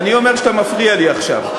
אני אומר שאתה מפריע לי עכשיו.